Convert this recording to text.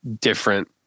different